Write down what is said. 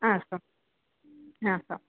ಹಾಂ ಸರ್ ಹಾಂ ಸರ್